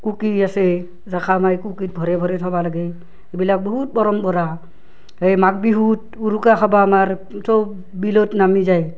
কুকি আছে জাখা মাৰি কুকিত ভৰে ভৰে থ'বা লাগে এইবিলাক বহুত পৰম্পৰা হে মাঘ বিহুত উৰুকা খাবা আমাৰ চব বিলত নামি যায়